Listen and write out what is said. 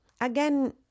again